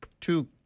two